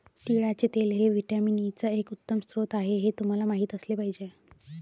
तिळाचे तेल हे व्हिटॅमिन ई चा एक उत्तम स्रोत आहे हे तुम्हाला माहित असले पाहिजे